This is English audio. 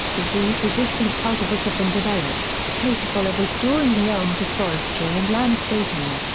disease-resistant cultivars have been developed, capable of restoring the elm to forestry and landscaping.